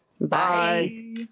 Bye